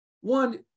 One